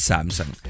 Samsung